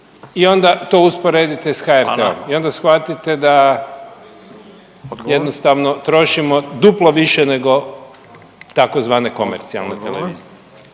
i onda to usporedite to s HRT-om …/Upadica: Hvala./… i onda shvatite da jednostavno trošimo duplo više nego tzv. komercijalne televizije.